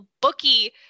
bookie